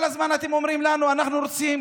כל הזמן אתם אומרים לנו: אנחנו רוצים